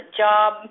job